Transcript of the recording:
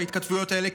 ההתכתבויות האלה,